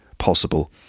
possible